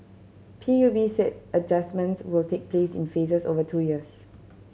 P U B said adjustments will take place in phases over two years